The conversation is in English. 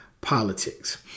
politics